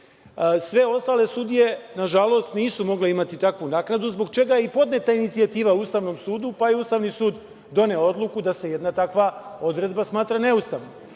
Sve ostale sudije, nažalost, nisu mogle imati takvu naknadu, zbog čega je i podneta inicijativa Ustavnom sudu, pa je Ustavni sud doneo odluku da se jedna takva odredba smatra neustavnom. Naravno